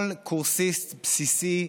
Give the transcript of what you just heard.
כל קורסיסט בסיסי,